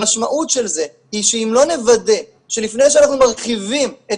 המשמעות של זה היא שאם לא נוודא שלפני שאנחנו מרחיבים את